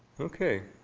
ok,